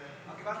מה קיבלתי?